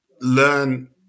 learn